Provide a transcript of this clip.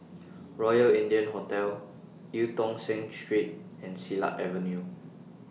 Royal India Hotel EU Tong Sen Street and Silat Avenue